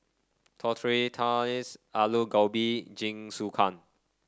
Tortillas Alu Gobi Jingisukan